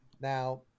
Now